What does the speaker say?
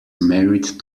married